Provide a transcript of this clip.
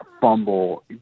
fumble